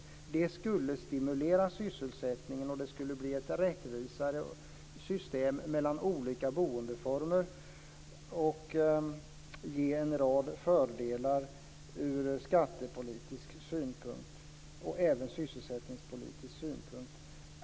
Det skulle stimulera sysselsättningen, och det skulle bli ett mellan olika boendeformer rättvisare system. Det skulle dessutom ge en rad fördelar ur skattepolitisk och även sysselsättningspolitisk synpunkt.